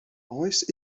oes